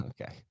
Okay